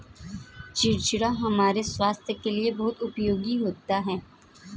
चिचिण्डा हमारे स्वास्थ के लिए बहुत उपयोगी होता है